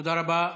תודה רבה.